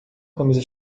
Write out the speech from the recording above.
camisa